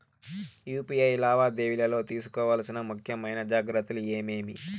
UPI లావాదేవీలలో తీసుకోవాల్సిన ముఖ్యమైన జాగ్రత్తలు ఏమేమీ?